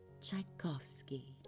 Tchaikovsky